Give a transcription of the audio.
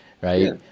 right